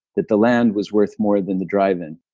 that the land was worth more than the drive-in.